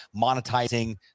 monetizing